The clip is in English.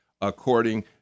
according